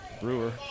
Brewer